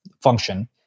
function